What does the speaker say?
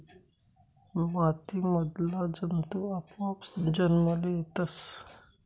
माती मधला जंतु आपोआप जन्मले येतस